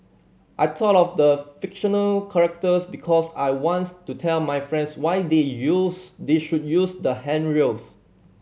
I talk of the fictional characters because I wants to tell my friends why they use they should use the handrails